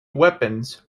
weapons